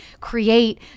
create